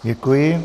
Děkuji.